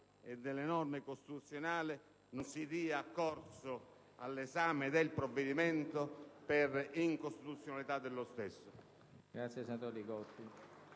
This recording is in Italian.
e delle norme costituzionali, non si dia corso all'esame del provvedimento, per incostituzionalità dello stesso.